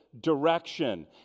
direction